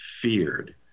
feared